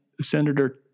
Senator